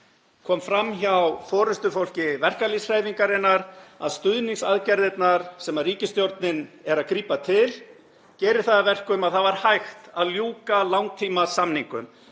kom fram hjá forystufólki verkalýðshreyfingarinnar, að stuðningsaðgerðirnar sem ríkisstjórnin er að grípa til gera það að verkum að það var hægt að ljúka langtímasamningum.